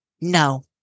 no